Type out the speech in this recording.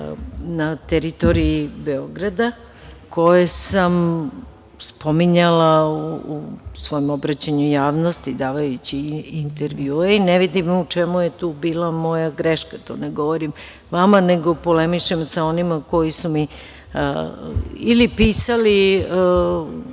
na teritoriji Beograda, koje sam spominjala u svom obraćanju javnosti, davajući intervjue i ne vidim u čemu je tu bila moja greška. To ne govorim vama, nego polemišem sa onima koji su mi ili pisali,